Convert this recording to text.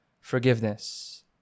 forgiveness